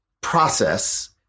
process